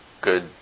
good